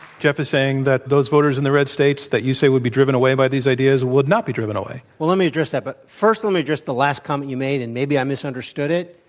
jeff is saying that those voters in the red states that you say would be driven away by these ideas would not be driven away. okay. well, let me address that, but first let me address the last comment you made and maybe i misunderstood it.